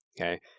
Okay